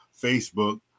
Facebook